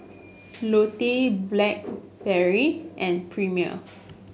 Lotte Blackberry and Premier